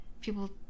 People